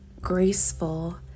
graceful